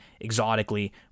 Exotically